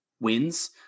wins